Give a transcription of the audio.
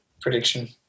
prediction